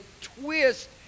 twist